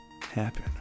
happen